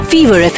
Fever